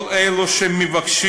כל אלו שמבקשות